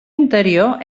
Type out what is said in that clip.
interior